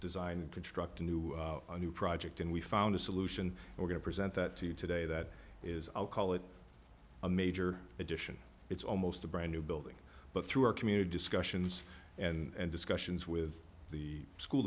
design and construct a new a new project and we found a solution we're going to present that to you today that is i'll call it a major addition it's almost a brand new building but through our community discussions and discussions with the school